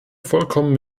vollkommen